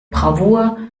bravour